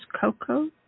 Coco